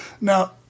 Now